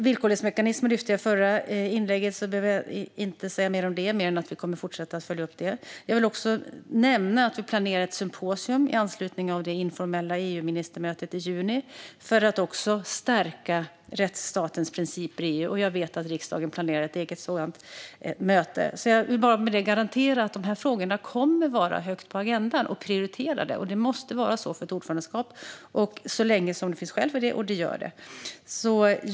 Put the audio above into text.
Villkorlighetsmekanismen lyfte jag i det förra inlägget, så jag behöver inte säga mer om det mer än att vi kommer att fortsätta att följa upp det. Jag vill också nämna att vi planerar ett symposium i anslutning till det informella EU-ministermötet i juni för att stärka rättsstatens principer i EU, och jag vet att riksdagen planerar ett eget sådant möte. Jag vill med detta bara garantera att de här frågorna kommer att ligga högt på agendan och vara prioriterade. Det måste vara så för ett ordförandeskap så länge det finns skäl för det, och det gör det.